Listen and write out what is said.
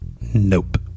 Nope